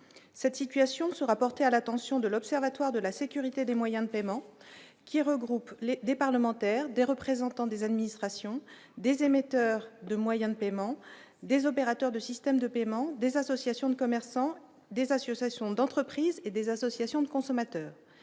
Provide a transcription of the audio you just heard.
cette situation sera porté à l'attention de l'Observatoire de la sécurité des moyens de paiement, qui regroupe des parlementaires, des représentants des administrations, des émetteurs de moyens de paiement des opérateurs de systèmes de paiement des associations de commerçants des assure d'entreprises et des associations de consommateurs,